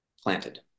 planted